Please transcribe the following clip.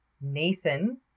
Nathan